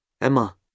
Emma